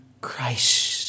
Christ